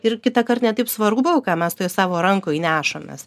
ir kitąkart ne taip svarbu ką mes tuoj savo rankoj nešamės